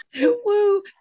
Woo